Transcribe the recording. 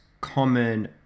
common